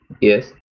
Yes